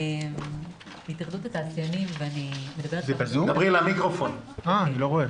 מיכל וקסמן חילי, אני מנהלת